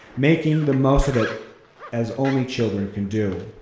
making the most of it as only children can do.